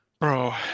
Bro